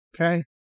Okay